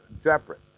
separate